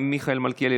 מיכאל מלכיאלי,